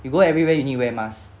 you go everywhere you need to wear a mask